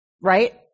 right